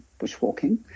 bushwalking